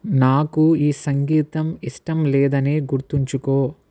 నాకు ఈ సంగీతం ఇష్టం లేదని గుర్తుంచుకో